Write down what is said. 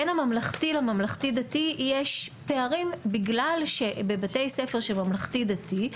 בין הממלכתי לממלכתי דתי יש פערים בגלל שבבתי ספר ממלכתי דתי,